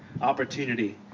opportunity